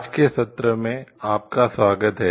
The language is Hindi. आज के सत्र में आपका स्वागत है